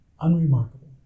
Unremarkable